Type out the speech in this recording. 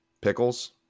Pickles